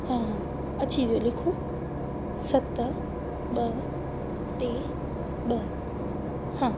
हा हा अची वियो लिखो सत ॿ टे ॿ हा